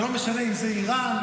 לא משנה אם זו איראן,